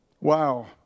Wow